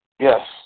Yes